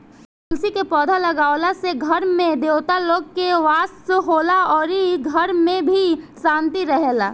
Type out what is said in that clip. तुलसी के पौधा लागावला से घर में देवता लोग के वास होला अउरी घर में भी शांति रहेला